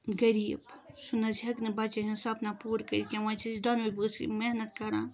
غریٖب سُہ نہٕ حظ ہیٚکہِ نہٕ بَچن ہُند سپنا پوٗرٕ کٔرِتھ کیٚنٛہہ وۄنۍ چھِ أسۍ دۄنوٕے بٲژ محنت کَران